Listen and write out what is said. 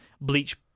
bleach